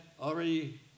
already